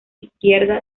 izquierda